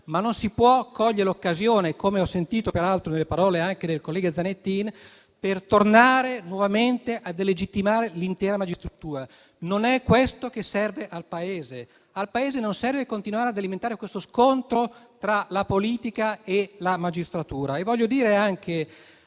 non si può cogliere l'occasione, come peraltro ho sentito anche nelle parole del collega Zanettin, per tornare nuovamente a delegittimare l'intera magistratura. Non è questo che serve al Paese; al Paese non serve continuare ad alimentare questo scontro tra la politica e la magistratura. Vorrei anche